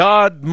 God